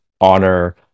honor